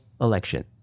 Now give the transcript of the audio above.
election